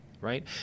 right